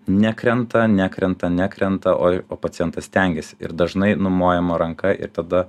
nekrenta nekrenta nekrenta o ir o pacientas stengiasi ir dažnai numojama ranka ir tada